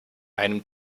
einem